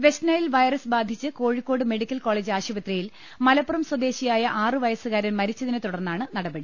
West Nile virus ബാധിച്ച് Kozhikode medical college ആശു പത്രിയിൽ മലപ്പുറം സ്വദേശിയായ ആറ് വയസ്സുകാരൻ മരിച്ചതിനെതു ടർന്നാണ് നടപടി